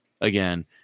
again